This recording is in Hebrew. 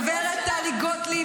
הגברת טלי גוטליב,